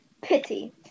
Pity